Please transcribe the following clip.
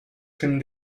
sin